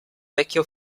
vecchia